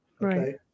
right